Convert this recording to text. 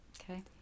Okay